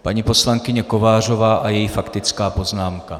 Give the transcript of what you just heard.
Paní poslankyně Kovářová a její faktická poznámka.